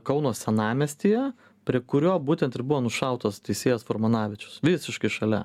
kauno senamiestyje prie kurio būtent ir buvo nušautas teisėjas furmanavičius visiškai šalia